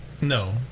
No